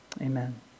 Amen